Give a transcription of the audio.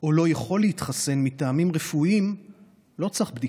או לא יכול להתחסן מטעמים רפואיים לא צריך בדיקה,